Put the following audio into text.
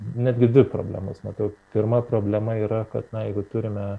netgi dvi problemas matau pirma problema yra kad na jeigu turime